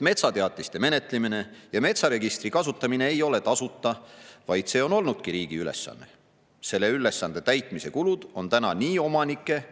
"metsateatise menetlemine ja metsaregistri kasutamine ei ole tasuta, vaid see on olnudki riigi ülesanne ja selle ülesande täitmise kulud on täna nii omanike